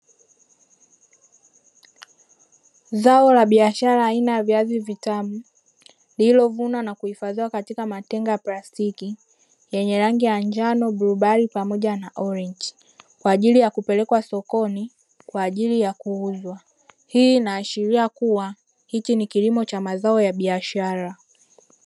Zao la biashara aina viazi vitamu liliovunwa na kuhifadhiwa katika matenga ya plastiki yenye rangi ya njano, bluu bahari pamoja na orenji. Kwa ajili ya kupelekwa sokoni kwa ajili ya kuuzwa. Hii inaashiria kuwa hiki ni kilimo cha mazao ya biashara.